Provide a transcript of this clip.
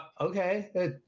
okay